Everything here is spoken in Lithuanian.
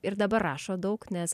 ir dabar rašot daug nes